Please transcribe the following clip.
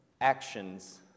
actions